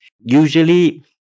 usually